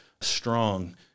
strong